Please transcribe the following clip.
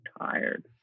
tired